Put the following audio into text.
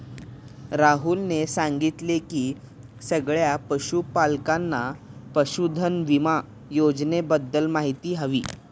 राहुलने सांगितले की सगळ्या पशूपालकांना पशुधन विमा योजनेबद्दल माहिती हवी